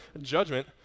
judgment